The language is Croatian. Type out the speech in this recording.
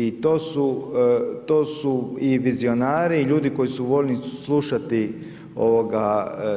I to su i vizionari i ljudi koji su voljni slušati